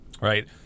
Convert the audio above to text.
right